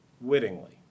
wittingly